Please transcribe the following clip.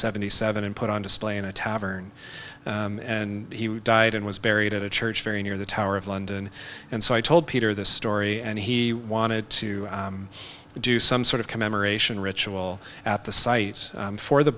seventy seven and put on display in a tavern and he died and was buried at a church very near the tower of london and so i told peter this story and he wanted to do some sort of commemoration ritual at the site for the